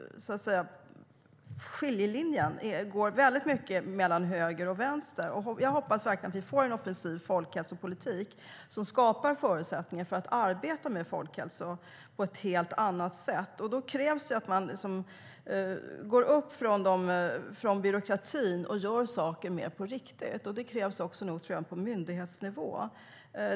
Skiljelinjen går väldigt mycket mellan höger och vänster. Jag hoppas verkligen att vi får en offensiv folkhälsopolitik som skapar förutsättningar för att arbeta med folkhälsa på ett helt annat sätt. Då krävs det att man går upp från byråkratin och gör saker mer på riktigt. Det krävs också nog på myndighetsnivå.